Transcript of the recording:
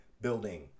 building